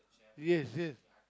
yes yes